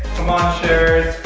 come on sharers,